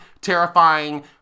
terrifying